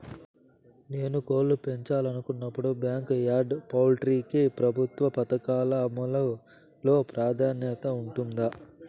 నేను కోళ్ళు పెంచాలనుకున్నపుడు, బ్యాంకు యార్డ్ పౌల్ట్రీ కి ప్రభుత్వ పథకాల అమలు లో ప్రాధాన్యత ఉంటుందా?